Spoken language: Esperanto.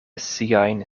siajn